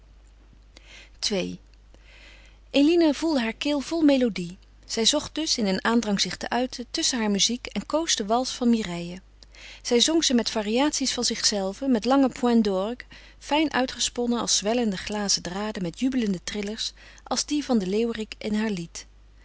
ii eline voelde haar keel vol melodie zij zocht dus in een aandrang zich te uiten tusschen haar muziek en koos de wals van mireille zij zong ze met variaties van zichzelve met lange points dorgue fijn uitgesponnen als zwellende glazen draden met jubelende trillers als die van den leeuwerik in haar lied